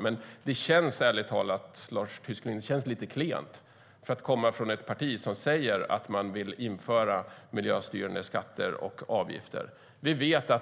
Men ärligt talat, Lars Tysklind, känns det lite klent för att komma från ett parti som säger att man vill införa miljöstyrande skatter och avgifter.